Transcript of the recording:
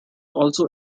also